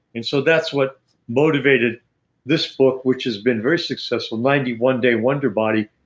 and so that's what motivated this book which has been very successful, ninety one day wonder body,